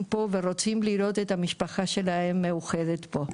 פה ורוצים לראות את המשפחה שלהם מאוחדת פה.